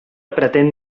pretén